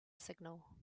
signal